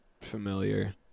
familiar